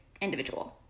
individual